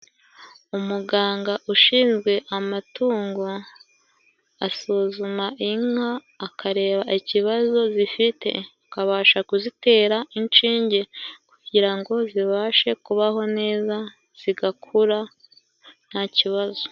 Umuganga ushinzwe amatungo asuzuma inka, akareba ikibazo zifite, akabasha kuzitera inshinge kugira ngo zibashe kubaho neza, zigakura nta kibazo.